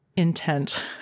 intent